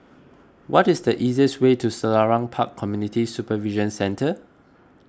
what is the easiest way to Selarang Park Community Supervision Centre